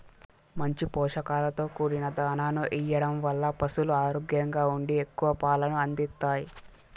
మంచి పోషకాలతో కూడిన దాణాను ఎయ్యడం వల్ల పసులు ఆరోగ్యంగా ఉండి ఎక్కువ పాలను అందిత్తాయి